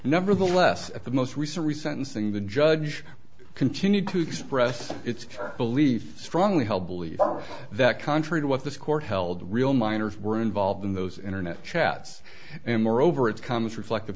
nevertheless at the most recent resentencing the judge continued to express its belief strongly held belief that contrary to what this court held real minors were involved in those internet chats and moreover it comes reflect